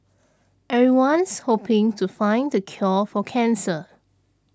everyone's hoping to find the cure for cancer